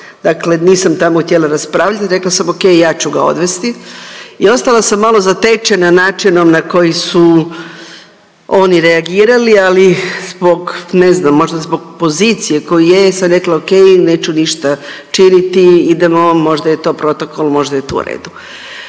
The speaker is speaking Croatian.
dakle nisam tamo htjela raspravljat rekla sam ok ja ću ga odvesti i ostala sam malo zatečena načinom na koji su oni reagirali, ali zbog ne znam možda zbog pozicije koja je ja sam rekla ok neću ništa činiti idemo možda je to protokol, možda je to u redu.